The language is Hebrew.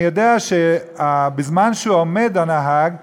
אני יודע שבזמן שהנהג עומד,